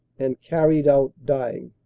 and carried out dying.